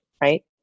right